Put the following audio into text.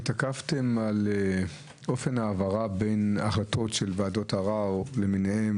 התעכבתם על אופן ההעברה בין החלטות של ועדות ערר למיניהן,